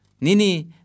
Nini